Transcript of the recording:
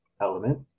Element